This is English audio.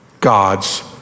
God's